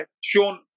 Sean